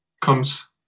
comes